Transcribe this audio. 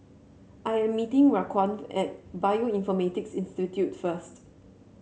I am meeting Raquan at Bioinformatics Institute first